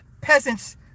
peasants